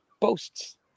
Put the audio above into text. posts